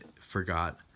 forgot